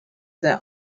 their